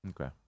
Okay